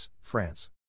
France